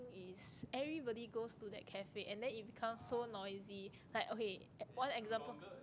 is everybody goes to that cafe and that it becomes so noisy like okay one example